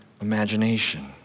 imagination